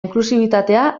inklusibitatea